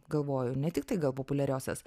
galvoju ne tiktai gal populiariosios